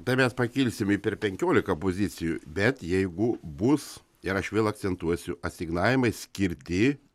tai mes pakilsim per penkiolika pozicijų bet jeigu bus ir aš vėl akcentuosiu asignavimai skirti